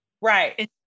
Right